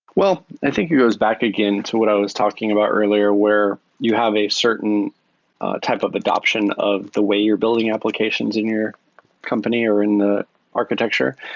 well, i think it goes back again to what i was talking about earlier where you have a certain type of adaption of the way you're building applications in your company or in the architecture.